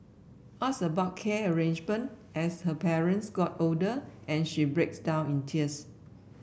ask about care arrangement as her parents got older and she breaks down in tears